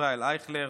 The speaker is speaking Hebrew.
ישראל אייכלר,